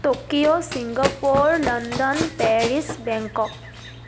Tokyo Singapore London Paris Bangkok